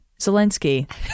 Zelensky